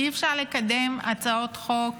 אי-אפשר לקדם הצעות חוק